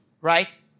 right